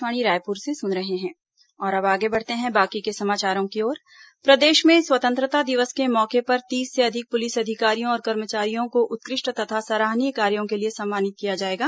वीरता पुरस्कार प्रदेश में स्वतंत्रता दिवस के मौके पर तीस से अधिक पुलिस अधिकारियों और कर्मचारियों को उत्कृष्ट तथा सराहनीय कार्यों के लिए सम्मानित किया जाएगा